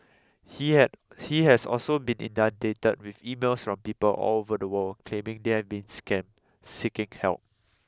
he had has also been inundated with emails from people all over the world claiming they have been scammed seeking help